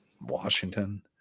Washington